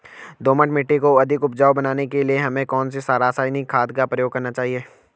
दोमट मिट्टी को अधिक उपजाऊ बनाने के लिए हमें कौन सी रासायनिक खाद का प्रयोग करना चाहिए?